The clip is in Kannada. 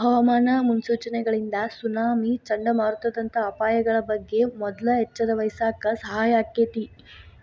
ಹವಾಮಾನ ಮುನ್ಸೂಚನೆಗಳಿಂದ ಸುನಾಮಿ, ಚಂಡಮಾರುತದಂತ ಅಪಾಯಗಳ ಬಗ್ಗೆ ಮೊದ್ಲ ಎಚ್ಚರವಹಿಸಾಕ ಸಹಾಯ ಆಕ್ಕೆತಿ